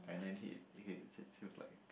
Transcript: and then he he he seems like